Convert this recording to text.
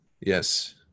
Yes